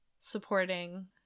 supporting